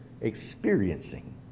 experiencing